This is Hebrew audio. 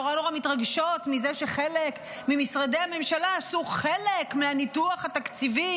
נורא נורא מתרגשות שחלק ממשרדי הממשלה עשו חלק מהניתוח התקציבי